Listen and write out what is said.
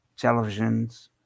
televisions